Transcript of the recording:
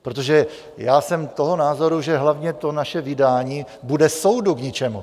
Protože já jsem toho názoru, že hlavně naše vydání bude soudu k ničemu.